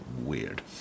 weird